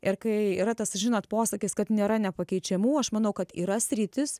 ir kai yra tas žinot posakis kad nėra nepakeičiamų aš manau kad yra sritys